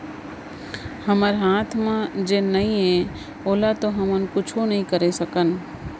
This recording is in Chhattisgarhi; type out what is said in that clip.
हमर हाथ म जेन नइये ओला तो हमन कुछु नइ करे सकन